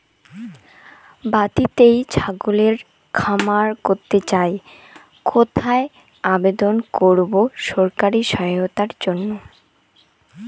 বাতিতেই ছাগলের খামার করতে চাই কোথায় আবেদন করব সরকারি সহায়তার জন্য?